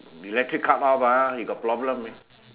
electric cut off ah we got problem eh